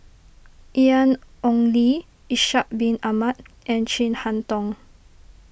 Ian Ong Li Ishak Bin Ahmad and Chin Harn Tong